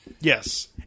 Yes